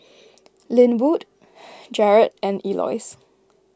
Linwood Jarad and Elois